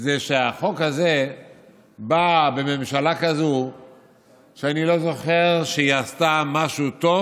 זה שהחוק הזה בא בממשלה כזאת שאני לא זוכר שהיא עשתה משהו טוב